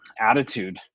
attitude